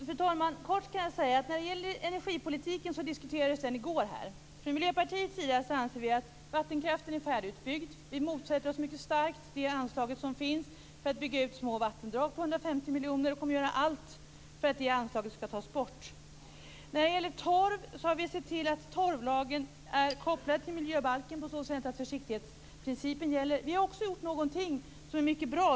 Fru talman! Kort kan jag säga att energipolitiken diskuterades här i går. Från Miljöpartiets sida anser vi att vattenkraften är färdigutbyggd. Vi motsätter oss mycket starkt anslaget på 150 miljoner för att bygga ut små vattendrag och kommer att göra allt för att det anslaget skall tas bort. Vi har sett till att torvlagen är kopplad till miljöbalken på så sätt att försiktighetsprincipen gäller. Vi har också gjort någonting som är mycket bra.